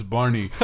Barney